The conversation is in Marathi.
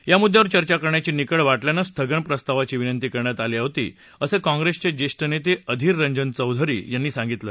या मुद्यावर चर्चा करण्याची निकड वाटल्यानं स्थगन प्रस्तावाची विनंती करण्यात आली होती असं काँप्रेसचे ज्येष्ठ नेते अधीर रंजन चौधरी यांनी सांगितलं